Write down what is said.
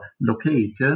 locate